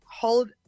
hold